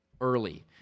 early